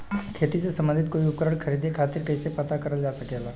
खेती से सम्बन्धित कोई उपकरण खरीदे खातीर कइसे पता करल जा सकेला?